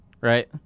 right